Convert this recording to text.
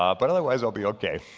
um but otherwise i'll be okay.